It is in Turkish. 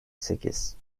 sekiz